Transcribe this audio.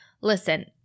Listen